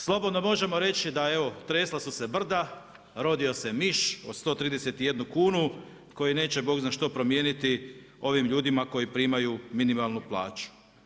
Slobodno možemo reći, da evo, tresla su se brda, rodio se miš, od 131 kn, koji neće bog zna što promijeniti ovim ljudima koji primaju minimalnu plaću.